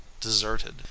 deserted